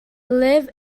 live